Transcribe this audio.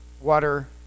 Water